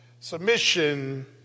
Submission